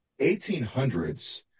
1800s